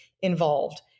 involved